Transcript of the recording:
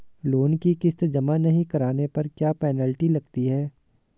Loan की किश्त जमा नहीं कराने पर क्या पेनल्टी लगती है?